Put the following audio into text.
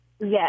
Yes